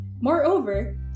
Moreover